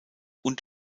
und